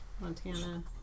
Montana